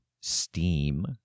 steam